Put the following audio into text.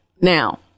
now